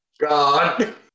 God